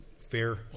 fair